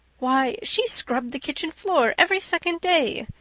why, she scrubbed the kitchen floor every second day,